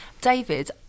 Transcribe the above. David